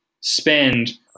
spend